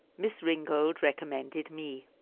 miss ringold recommended me,